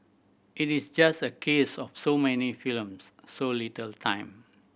it is just a case of so many films so little time